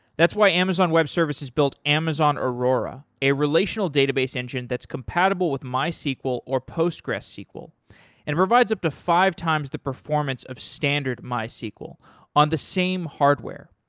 that's why amazon web services built amazon aurora a relational database engine that's compatible with mysql or postgresql and provides up to five times the performance of standard mysql on the same hardware.